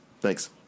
thanks